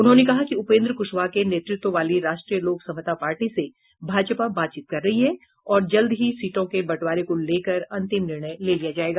उन्होंने कहा कि उपेन्द्र कुशवाहा के नेतृत्व वाली राष्ट्रीय लोक समता पार्टी से भाजपा बातचीत कर रही है और जल्द ही सीटों के बंटवारे को लेकर अंतिम निर्णय ले लिया जायेगा